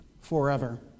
forever